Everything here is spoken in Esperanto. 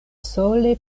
sole